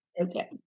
okay